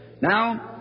Now